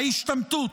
ההשתמטות.